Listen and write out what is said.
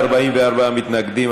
44 מתנגדים,